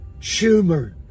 Schumer